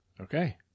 Okay